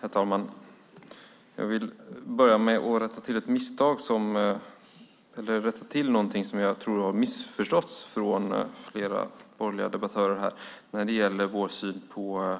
Herr talman! Jag vill börja med att rätta till något som jag tror att flera borgerliga debattörer har missförstått vad gäller vår syn på